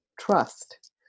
trust